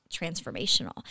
transformational